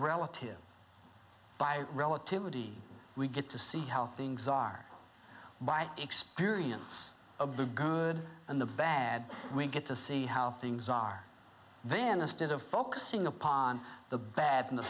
relative by relativity we get to see how things are by experience of the good and the bad we get to see how things are then instead of focusing upon the bad and the